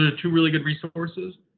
ah two really good resources.